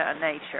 nature